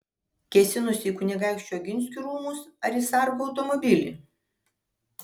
kėsinosi į kunigaikščių oginskių rūmus ar į sargo automobilį